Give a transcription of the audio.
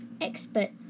expert